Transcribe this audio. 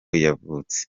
yavutse